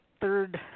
third